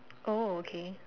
oh okay